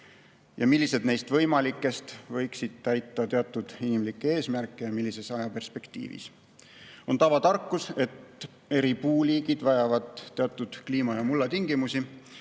ja millised neist võimalikest võiksid täita teatud inimlikke eesmärke ja millises ajaperspektiivis. On tavatarkus, et eri puuliigid vajavad teatud kliima‑ ja mullatingimusi.